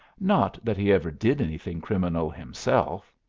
not that he ever did anything criminal himself.